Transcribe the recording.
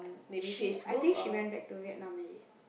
she I think she went back to Vietnam already